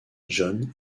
john